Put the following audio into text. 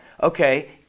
okay